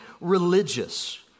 religious